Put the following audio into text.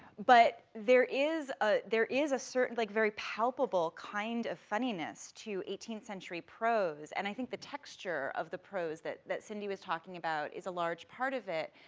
but there is, ah there is a certain, like very palpable kind of funniness to eighteenth century prose, and i think the texture of the prose that that cindy was talking about is a large part of it.